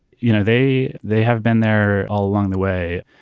you know, they they have been there all along the way.